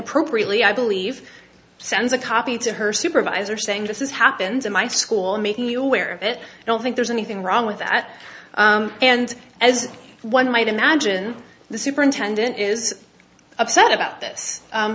appropriately i believe sends a copy to her supervisor saying this is happens in my school making you aware of it i don't think there's anything wrong with that and as one might imagine the superintendent is upset about th